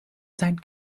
sein